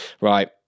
right